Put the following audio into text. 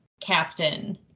captain –